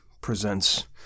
presents